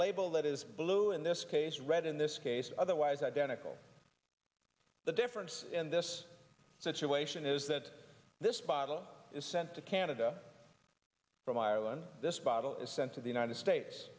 label that is blue in this case red in this case otherwise identical the difference in this situation is that this bottle is sent to canada from ireland this bottle is sent to the united states